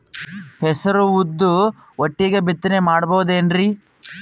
ಹೆಸರು ಉದ್ದು ಒಟ್ಟಿಗೆ ಬಿತ್ತನೆ ಮಾಡಬೋದೇನ್ರಿ?